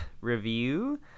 Review